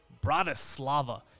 Bratislava